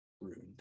ruined